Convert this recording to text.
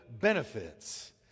benefits